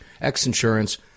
X-Insurance